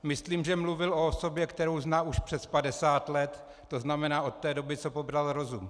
Myslím, že mluvil o osobě, kterou zná už přes 50 let, to znamená od té doby, co pobral rozum.